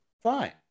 Fine